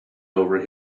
over